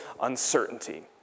uncertainty